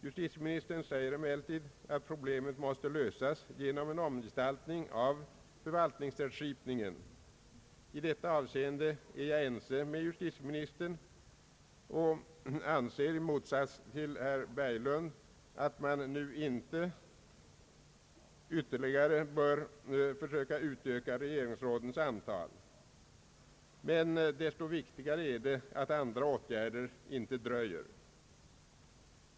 Justitieministern säger att problemet måste lösas genom en omgestaltning av förvaltningsrättskipning. I detta avseende är jag överens med justitieministern och anser i motsats till herr Berglund att man nu inte bör ytterligare försöka utöka regeringsrådens antal. Desto viktigare är att andra åtgärder inte dröjer.